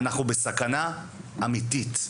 אנחנו בסכנה אמיתית,